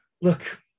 Look